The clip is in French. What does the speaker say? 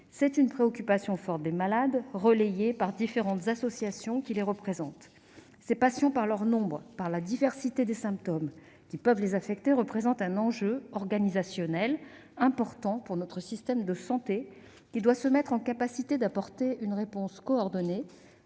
C'est une préoccupation forte des malades, relayée par différentes associations qui les représentent. Ces patients, par leur nombre et par la diversité des symptômes qui peuvent les infecter, représentent un enjeu organisationnel important pour notre système de santé, qui doit se mettre en capacité d'apporter une réponse coordonnée